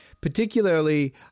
particularly